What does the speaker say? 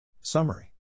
Summary